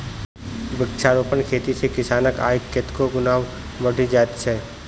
वृक्षारोपण खेती सॅ किसानक आय कतेको गुणा बढ़ि जाइत छै